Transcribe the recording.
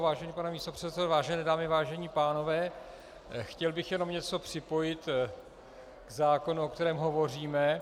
Vážený pane místopředsedo, vážené dámy, vážení pánové, chtěl bych jenom něco připojit k zákonu, o kterém hovoříme.